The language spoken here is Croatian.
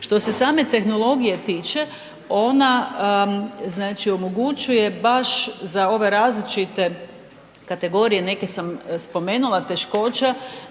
Što se same tehnologije tiče ona znači omogućuje baš za ove različite kategorije, neke sam spomenula, teškoća